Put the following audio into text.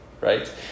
right